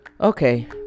Okay